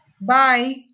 Bye